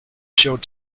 showed